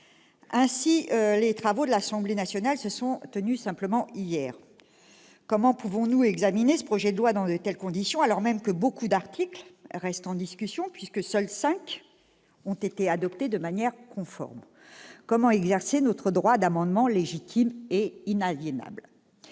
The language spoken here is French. Ainsi, les travaux de l'Assemblée nationale se sont déroulés hier ! Comment pouvons-nous examiner ce projet de loi organique dans de telles conditions, alors même que de nombreux articles restent en discussion- seuls cinq articles ont été adoptés de manière conforme ? Comment exercer notre droit d'amendement, légitime et inaliénable ?